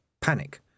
Panic